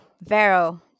Vero